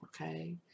okay